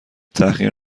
تحقیر